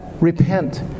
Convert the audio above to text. repent